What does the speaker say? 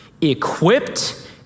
equipped